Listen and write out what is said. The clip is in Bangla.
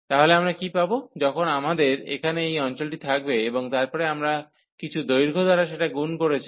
তাহলে আমরা কী পাব যখন আমাদের এখানে এই অঞ্চলটি থাকবে এবং তারপরে আমরা কিছু দৈর্ঘ্য দ্বারা সেটা গুন করেছি